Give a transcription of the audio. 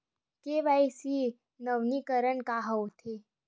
KYC नवीनीकरण का होथे?